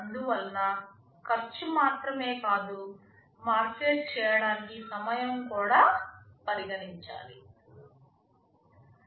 అందువలన ఖర్చు మాత్రమే కాదు మార్కెట్ చేయడానికి సమయం కూడా పరిగణించాలి